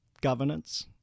governance